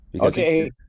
Okay